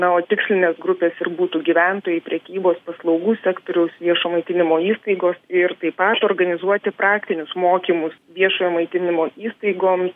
na o tikslinės grupės ir butų gyventojai prekybos paslaugų sektoriaus viešo maitinimo įstaigos ir taip pat organizuoti praktinius mokymus viešojo maitinimo įstaigom